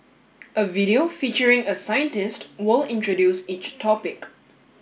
a video featuring a scientist will introduce each topic